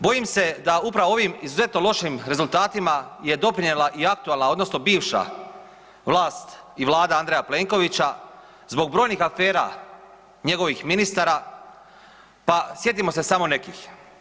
Bojim se da upravo ovim izuzetno lošim rezultatima je doprinijela i aktualna, odnosno bivša vlast i vlada Andreja Plenkovića zbog brojnih afera njegovih ministara, pa sjetimo se samo nekih.